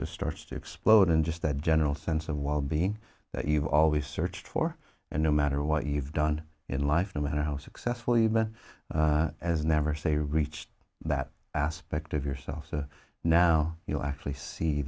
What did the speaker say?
just starts to explode in just that general sense of well being that you've always searched for and no matter what you've done in life no matter how successful you but as never say reached that aspect of yourself now you'll actually see